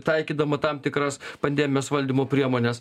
taikydama tam tikras pandemijos valdymo priemones